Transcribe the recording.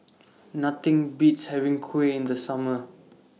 Nothing Beats having Kuih in The Summer